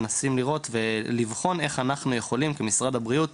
מנסים לראות ולבחון איך אנחנו יכולים כמשרד הבריאות